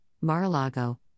Mar-a-Lago